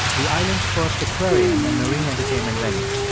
the island's first aquarium and marine entertainment venue.